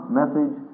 message